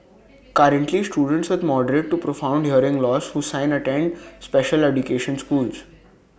currently students with moderate to profound hearing loss who sign attend special education schools